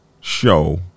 show